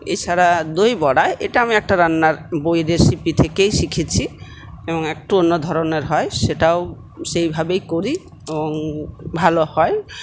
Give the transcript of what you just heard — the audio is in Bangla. এছাড়া দইবড়া এটা আমি একটা রান্নার বই রেসিপি থেকেই শিখেছি এবং একটু অন্য ধরণের হয় সেটাও সেইভাবেই করি এবং ভালো হয়